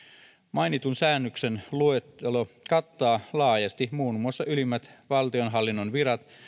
mainitun säännöksen luettelo kattaa laajasti muun muassa ylimmät valtionhallinnon virat